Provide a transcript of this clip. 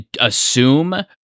assume